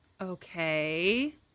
Okay